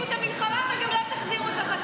בסוף תפסיקו את המלחמה וגם לא תחזירו את החטופים.